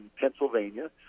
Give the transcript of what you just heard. pennsylvania